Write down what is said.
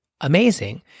amazing